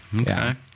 okay